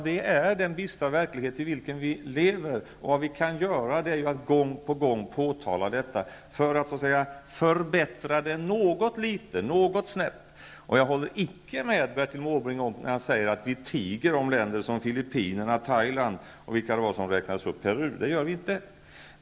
Det är den bistra verklighet i vilken vi lever, och vad vi kan göra är att gång på gång påtala detta, för att förbättra läget något litet. Jag håller icke med Bertil Måbrink när han säger att vi tiger om länder som Filippinerna, Thailand och Peru -- det gör vi inte.